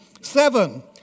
Seven